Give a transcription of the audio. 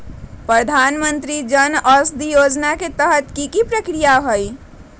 प्रधानमंत्री जन औषधि योजना के तहत की की प्रक्रिया होई?